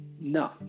No